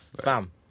Fam